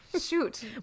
Shoot